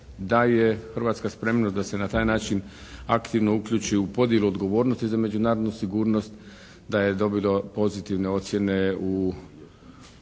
da je Hrvatska spremna da se na taj način aktivno uključi u podjelu odgovornosti za međunarodnu sigurnost, da je dobilo pozitivne ocjene u sklopu